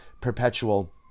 perpetual